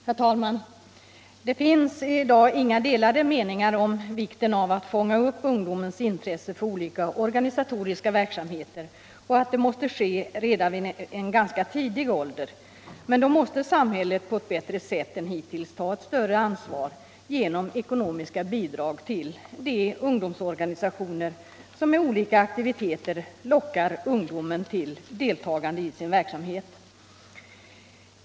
Herr talman! Det finns i dag inga delade meningar om vikten av att fånga upp ungdomens intresse för olika organisatoriska verksamheter och att det måste ske redan vid ganska tidig ålder. Men då måste samhället på et bättre sätt än hittills ta ett större ansvar genom ekonomiska bidrag till de ungdomsorganisationer som med olika aktiviteter lockar ungdomen tull deltagande i sin verksamhet.